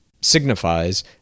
signifies